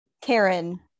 Karen